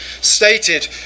stated